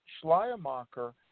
Schleiermacher